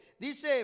dice